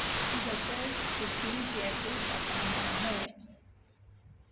butter chicken कैसे पकाना है